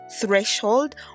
threshold